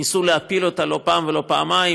ניסו להפיל אותה לא פעם ולא פעמיים.